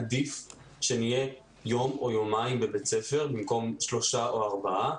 עדיף שנהיה יום או יומיים בבית ספר במקום שלושה או ארבעה,